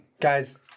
Guys